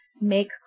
make